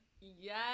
Yes